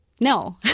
No